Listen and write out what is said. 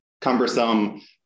cumbersome